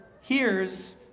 hears